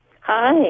Hi